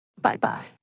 Bye-bye